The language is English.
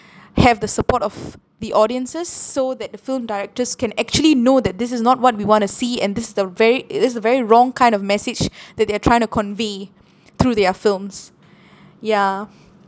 have the support of the audiences so that the film directors can actually know that this is not what we want to see and this the very it is a very wrong kind of message that they are trying to convey through their films ya